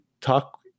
talk